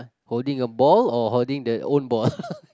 holding a ball or holding the own ball